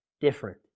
different